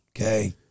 Okay